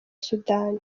sudani